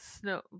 Snow